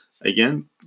Again